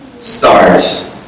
start